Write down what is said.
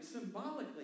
symbolically